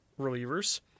relievers